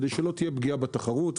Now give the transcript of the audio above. כדי שלא תהיה פגיעה בתחרות.